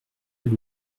elle